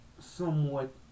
somewhat